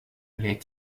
les